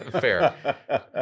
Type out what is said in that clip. Fair